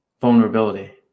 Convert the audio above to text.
vulnerability